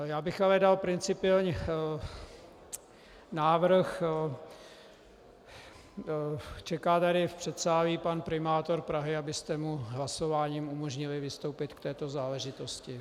Já bych ale dal principiálně návrh, čeká tady v předsálí pan primátor Prahy, abyste mu hlasováním umožnili vystoupit k této záležitosti.